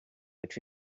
which